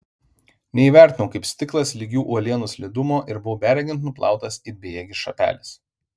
neįvertinau kaip stiklas lygių uolienų slidumo ir buvau beregint nuplautas it bejėgis šapelis